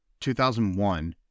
2001